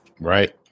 right